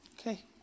Okay